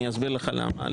אני אסביר לך למה.